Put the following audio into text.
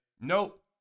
nope